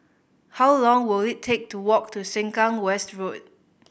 how long will it take to walk to Sengkang West Road